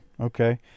Okay